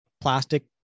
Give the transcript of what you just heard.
plastic